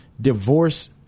divorce